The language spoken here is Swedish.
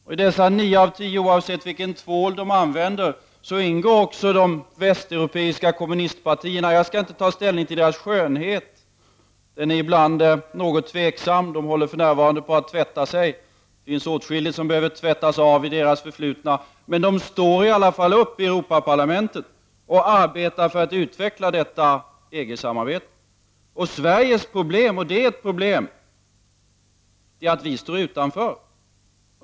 Bland dessa nio av tio, oavsett vilken tvål de använder, ingår också de västeuropeiska kommunistpartierna. Jag skall inte ta ställning till deras skönhet — den är ibland något tvivelaktig. De håller för närvarande på att tvätta sig — det finns åtskilligt som behöver tvättas av i deras förflutna — men de står i alla fall upp i Europaparlamentet och arbetar för att utveckla detta EG-samarbete. Sveriges dilemma — och det är ett problem — är att vi står utanför.